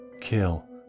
kill